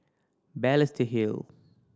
Balestier Hill